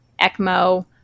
ECMO